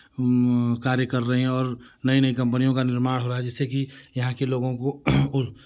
कार्य कर रही है और नई नई कम्पनियों का निर्माण हो रहा है जिससे कि यहाँ के लोगों को